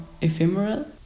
ephemeral